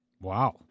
Wow